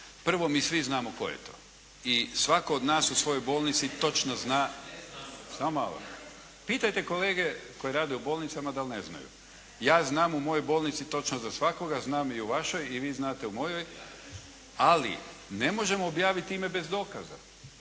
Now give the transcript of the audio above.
Prvo, mi svi znamo tko je to i svatko od nas u svojoj bolnici točno zna, samo malo, pitajte kolege koje rade u bolnicama da li ne znaju. Ja znam u mojoj bolnici točno za svakoga, znam i u vašoj i vi znate u mojoj, ali ne možemo objaviti ime bez dokaza.